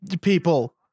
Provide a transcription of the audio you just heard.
people